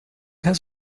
has